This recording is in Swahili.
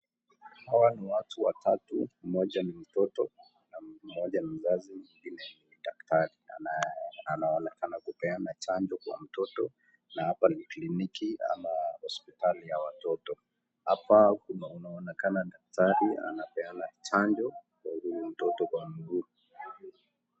Hawa ni watu watatu. Mmoja ni mtoto na mmoja ni mzazi, mwingine ni daktari, anaonekana kupeana chanjo kwa mtoto na hapa ni kliniki ama hospitali ya watoto. Hapa inaonekana daktari anapeana chanjo kwa huyu mtoto kwa mguu.